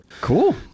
cool